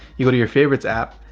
you go to your favorites app,